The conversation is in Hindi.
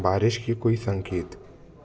बारिश के कोई संकेत